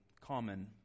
common